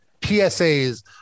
PSAs